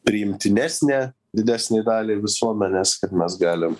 priimtinesnė didesnei daliai visuomenės kad mes galim